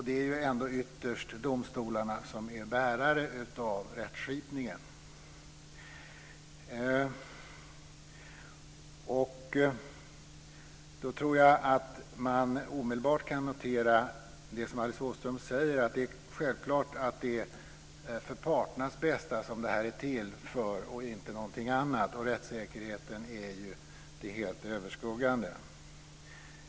Det är ändå ytterst domstolarna som är bärare av rättsskipningen. Jag tror att man omedelbart kan notera det som Alice Åström säger, att det självklart är för parternas bästa detta är till och inte någonting annat. Rättssäkerheten är ju det helt överskuggande.